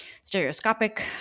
stereoscopic